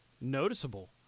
noticeable